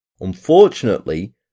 unfortunately